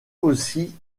aussi